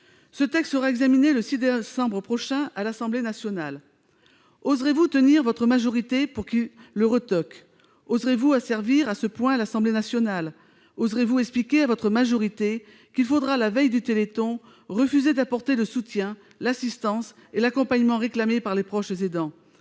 Ce texte sera examiné le 6 décembre prochain à l'Assemblée nationale. Oserez-vous tenir votre majorité pour qu'elle le retoque ? Oserez-vous asservir à ce point l'Assemblée nationale ? Oserez-vous expliquer à votre majorité qu'il faudra, la veille du Téléthon, refuser d'apporter le soutien, l'assistance et l'accompagnement réclamés par les proches aidants ?